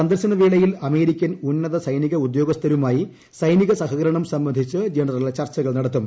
സന്ദർശന വേളയിൽ അമേരിക്കൻ ഉന്നത്ര ഐസനിക ഉദ്യോഗസ്ഥരുമായി സൈനിക സഹക്കരുണ്ട് സംബന്ധിച്ച് ജനറൽ ചർച്ചകൾ നടത്തും